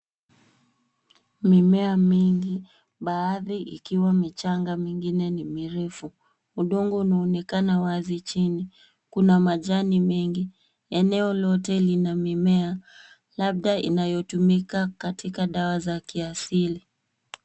Mimea mingi, baadhi ikiwa michanga, mingine ni mirefu. Udongo unaonekana wazi chini. Kuna majani mengi. Eneo lote lina mimea, labda inayotumika katika dawa ya kiasili.